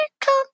Come